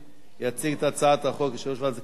יציג את הצעת החוק יושב-ראש ועדת הכלכלה,